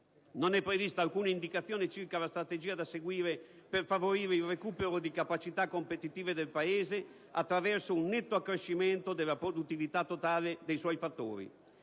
non è prevista alcuna indicazione circa la strategia da seguire per favorire il recupero di capacità competitive del Paese attraverso un netto accrescimento della produttività totale dei fattori.